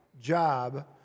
job